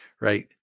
right